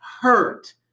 hurt